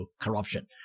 corruption